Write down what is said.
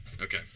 Okay